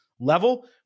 level